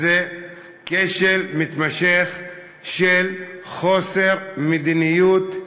יש כשל מתמשך של חוסר מדיניות,